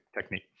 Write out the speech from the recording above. technique